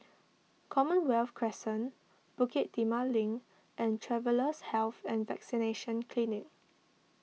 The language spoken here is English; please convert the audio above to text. Commonwealth Crescent Bukit Timah Link and Travellers' Health and Vaccination Clinic